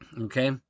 okay